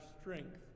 strength